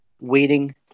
waiting